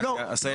עשהאל,